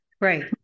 Right